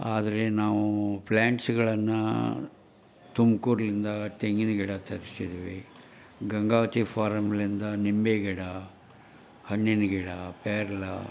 ಆದರೆ ನಾವು ಪ್ಲ್ಯಾಂಟ್ಸ್ಗಳನ್ನು ತುಮಕೂರಿನಿಂದ ತೆಂಗಿನ ಗಿಡ ತರಿಸಿದ್ವಿ ಗಂಗಾವತಿ ಫಾರಮ್ನಿಂದ ನಿಂಬೆ ಗಿಡ ಹಣ್ಣಿನ ಗಿಡ ಪೇರಲ